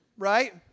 right